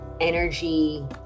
energy